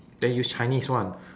then use chinese one